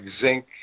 zinc